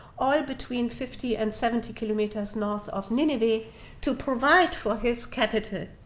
all between fifty and seventy kilometers north of nineveh to provide for his capital.